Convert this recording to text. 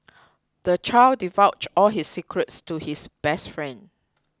the child divulged all his secrets to his best friend